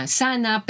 sana